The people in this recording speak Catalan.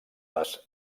les